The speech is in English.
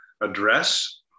address